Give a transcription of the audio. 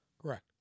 Correct